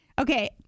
Okay